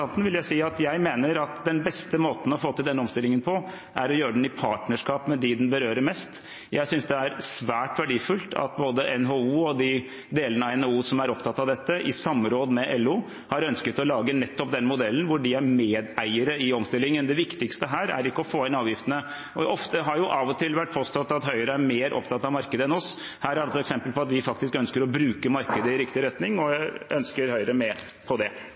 representanten vil jeg si at jeg mener at den beste måten å få til denne omstillingen på, er å gjøre den i partnerskap med dem den berører mest. Jeg synes det er svært verdifullt at både NHO og de delene av NHO som er opptatt av dette, i samråd med LO har ønsket å lage nettopp den modellen hvor de er medeiere i omstillingen. Det viktigste her er ikke å få inn avgiftene. Det har av og til vært påstått at Høyre er mer opptatt av markedet enn oss . Her er det et eksempel på at vi faktisk ønsker å bruke markedet i riktig retning, og jeg ønsker å få Høyre med på det.